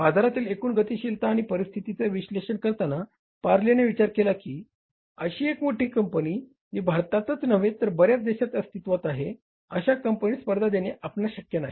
बाजारातील एकूण गतिशीलता आणि परिस्थितीचे विश्लेषण करताना पारलेने विचार केला की अशी एक मोठी कंपनी जी भारतातच नव्हे तर बऱ्याच देशात अस्तित्वात आहे अशा कंपनीस स्पर्धा देणे आपणास शक्य नाही